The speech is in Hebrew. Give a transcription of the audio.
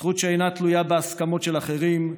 זכות שאינה תלויה בהסכמות של אחרים,